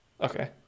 Okay